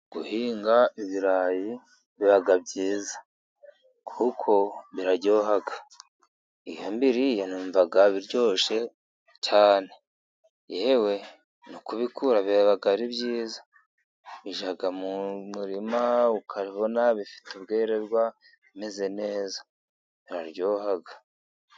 Guhinga ibirayi biba byiza kuko biraryoha, iyo mbiriye numva biryoshye cyane, yewe no kubikura biba ari byiza, ujya mu murima, ukabona bifite ubwerezwa bimeze neza biraryoha.